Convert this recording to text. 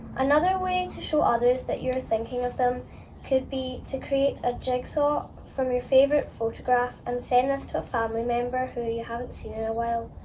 another way to show others that you're thinking of them could be to create a jigsaw from your favourite photograph and send this to a family member who you haven't seen in a while.